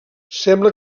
sembla